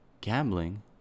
gambling